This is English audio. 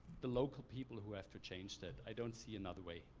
the local people who have to change that. i don't see another way,